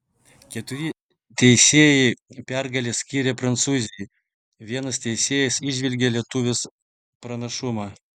keturi teisėjai pergalę skyrė prancūzei vienas teisėjas įžvelgė lietuvės pranašumą